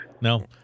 No